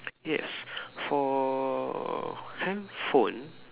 yes for handphone